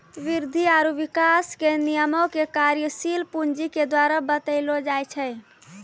वृद्धि आरु विकास के नियमो के कार्यशील पूंजी के द्वारा बतैलो जाय छै